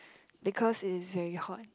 because it is very hot